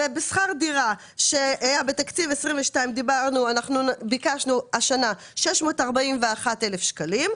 בשכר דירה שהיה בתקציב 2022 אנחנו ביקשנו השנה 641,000 שקלים,